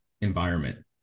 environment